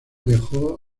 dejó